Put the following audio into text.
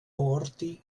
porti